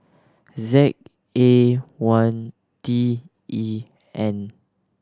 Z A one T E N